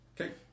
Okay